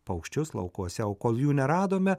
paukščius laukuose o kol jų neradome